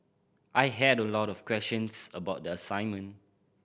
I had a lot of questions about the assignment